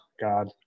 God